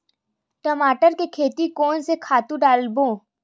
टमाटर के खेती कोन से खातु डारबो?